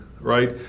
right